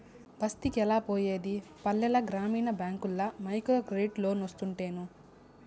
బస్తికెలా పోయేది పల్లెల గ్రామీణ బ్యాంకుల్ల మైక్రోక్రెడిట్ లోన్లోస్తుంటేను